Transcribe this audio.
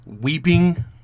Weeping